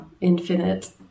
infinite